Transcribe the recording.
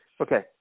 Okay